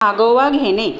मागोवा घेणे